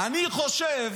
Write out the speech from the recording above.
אני חושב